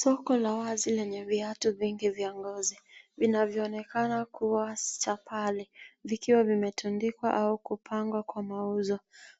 Soko la wazi lenye viatu vingi vya ngozi vinavyoonekana kuwa vikiwa vimetandikwa au kupangwa kwa mauzo.